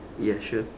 ya sure